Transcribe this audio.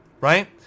right